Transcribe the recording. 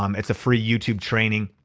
um it's a free youtube training.